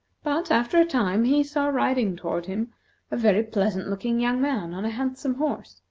but, after a time, he saw riding toward him a very pleasant-looking young man on a handsome horse,